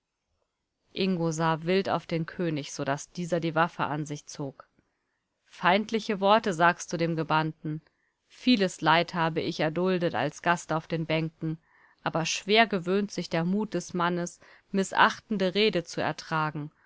ingo sah wild auf den könig so daß dieser die waffe an sich zog feindliche worte sagst du dem gebannten vieles leid habe ich erduldet als gast auf den bänken aber schwer gewöhnt sich der mut des mannes mißachtende rede zu ertragen